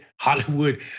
Hollywood